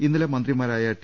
ഇന്നലെ മന്ത്രിമാരായ ടി